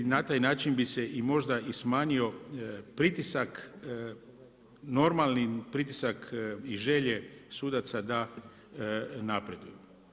Na taj način bi se i možda i smanjio pritisak normalni pritisak i želje sudaca da napreduju.